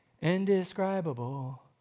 indescribable